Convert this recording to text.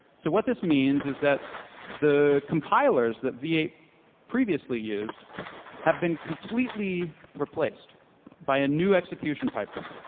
so what this means is that the compilers that v eight previously used have been completely replaced by a new execution pipeline.